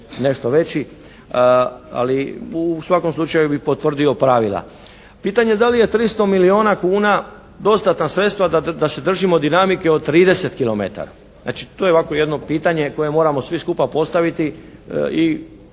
nešto veći, ali u svakom slučaju bi potvrdio pravila. Pitanje da li je 300 milijona kuna dostatna sredstva da se držimo dinamike od 30 kilometara. Znači to je ovako jedno pitanje koje moramo svi skupa postaviti i jasno